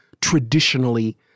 traditionally